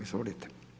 Izvolite.